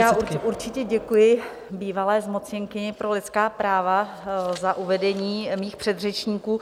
Já určitě děkuji bývalé zmocněnkyni pro lidská práva za uvedení mých předřečníků.